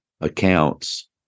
accounts